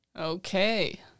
Okay